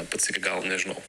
pats iki galo nežinau